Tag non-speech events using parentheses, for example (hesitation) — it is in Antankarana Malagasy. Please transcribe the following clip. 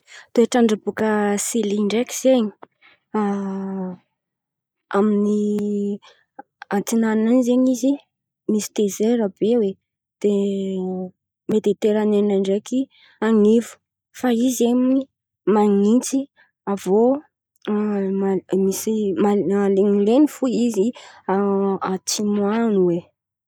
Toetr'andra bôkà Sily ndraiky zen̈y (hesitation) amin'ny antin̈ana any zen̈y izy misy desera be oe dia mediteranien ndraiky an̈ivo. Fa izy zen̈y man̈intsy avy iô (hesitation) misy ma- mahalen̈ilen̈y fo izy (hesitation) antsimo an̈y oe.